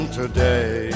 today